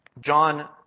John